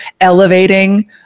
elevating